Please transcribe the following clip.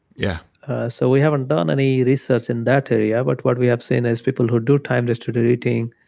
yeah so we haven't done any research in that area, but what we have seen is people who do time-restricted eating,